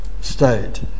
state